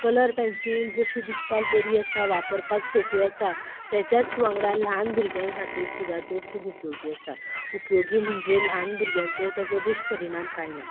colour pencil जशी दिसपाक बरी आसा वापरपाक सोंप्यो आसा तेच्याच वांगडा ल्हान भुरग्यां खातीर सुद्दां त्यो खूब उपयोगी आसा उपयोगी म्हणजे ल्हान भुरग्यांचेर ताचो दुश्यपरिणाम कांय ना